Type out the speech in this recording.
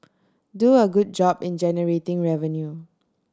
do a good job in generating revenue